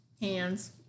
hands